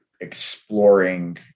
exploring